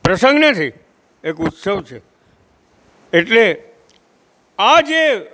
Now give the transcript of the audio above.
પ્રસંગ નથી એક ઉત્સવ છે એટલે આ જે